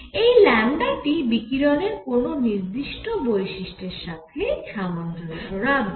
এই টি বিকিরণের কোন নির্দিষ্ট বৈশিষ্ট্যের সাথে সামঞ্জস্য রাখবে